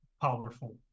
powerful